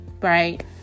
right